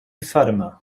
fatima